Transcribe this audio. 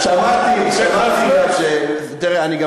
אורי.